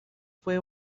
fue